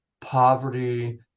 poverty